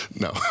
No